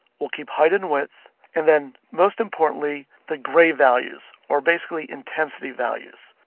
we'll keep height and width and then most importantly, the gray values or basically intensity values.